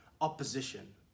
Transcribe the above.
opposition